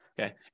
okay